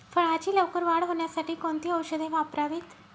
फळाची लवकर वाढ होण्यासाठी कोणती औषधे वापरावीत?